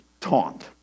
taunt